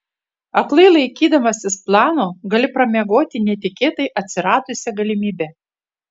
aklai laikydamasis plano gali pramiegoti netikėtai atsiradusią galimybę